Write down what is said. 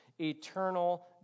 eternal